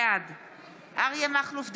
בעד אריה מכלוף דרעי,